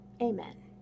Amen